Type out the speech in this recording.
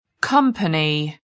Company